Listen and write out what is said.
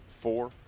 four